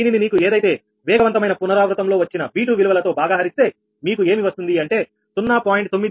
దీనిని నీకు ఏదైతే వేగవంతమైన పునరావృతం లో వచ్చిన V2 విలువలతో భాగాహరిస్తే మీకు ఏమి వస్తుంది అంటే 0